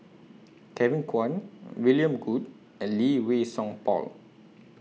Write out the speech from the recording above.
Kevin Kwan William Goode and Lee Wei Song Paul